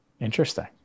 interesting